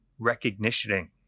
recognitioning